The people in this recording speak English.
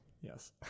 Yes